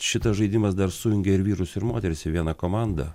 šitas žaidimas dar sujungia ir vyrus ir moteris į vieną komandą